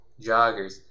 joggers